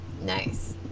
Nice